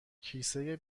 کیسه